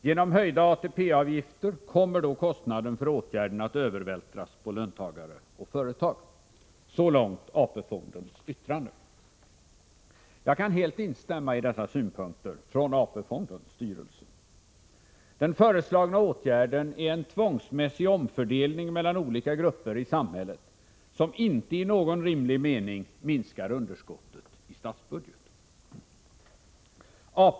Genom höjda ATP-avgifter kommer då kostnaden för åtgärden att övervältras på löntagare och företag.” Jag kan helt instämma i dessa synpunkter från AP-fondens styrelser. Den föreslagna åtgärden är en tvångsmässig omfördelning mellan olika grupper i samhället, och den minskar inte i någon rimlig mening underskottet i statsbudgeten.